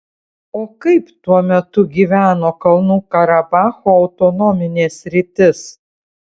o kaip tuo metu gyveno kalnų karabacho autonominė sritis